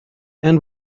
and